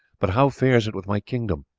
but how fares it with my kingdom?